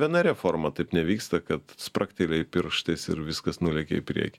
viena reforma taip nevyksta kad spragtelėjai pirštais ir viskas nulėkė į priekį